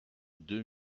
deux